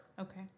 Okay